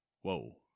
Whoa